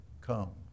come